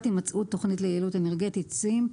הימצאות תוכנית ליעילות אנרגטית (SEEMP)